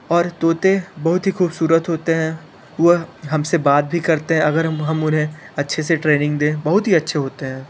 और तोते बहुत ही ख़ूबसूरत होते हैं वह हम से बात भी करते हैं अगर हम हम उन्हें अच्छे से ट्रेनिंग दें बहुत ही अच्छे होते हैं